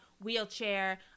wheelchair